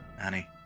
Annie